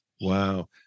wow